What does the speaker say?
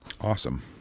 Awesome